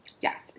Yes